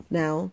now